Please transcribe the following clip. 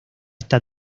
esta